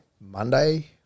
Monday